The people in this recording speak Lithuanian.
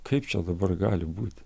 kaip čia dabar gali būti